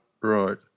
Right